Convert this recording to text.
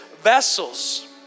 vessels